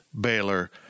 Baylor